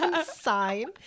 sign